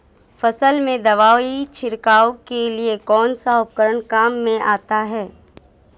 फसल में दवाई छिड़काव के लिए कौनसा उपकरण काम में आता है?